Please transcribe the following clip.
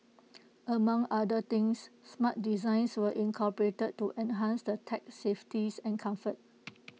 among other things smart designs were incorporated to enhance the tug's safeties and comfort